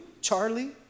Charlie